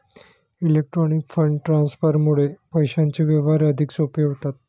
electronic fund ट्रान्सफरमुळे पैशांचे व्यवहार अधिक सोपे होतात